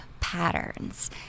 patterns